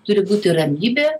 turi būti ramybė